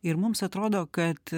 ir mums atrodo kad